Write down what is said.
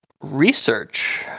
research